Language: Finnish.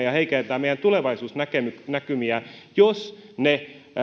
ja heikentää meidän tulevaisuusnäkymiämme jos ne